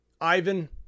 ivan